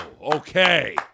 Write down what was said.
Okay